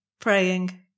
praying